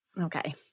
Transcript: Okay